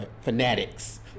fanatics